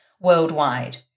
worldwide